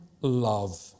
love